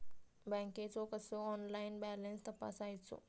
बँकेचो कसो online balance तपासायचो?